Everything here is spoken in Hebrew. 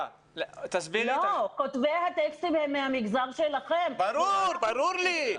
לא, כותבי הטקסטים הם מהמגזר שלכם --- ברור לי.